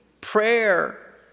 Prayer